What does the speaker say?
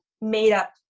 made-up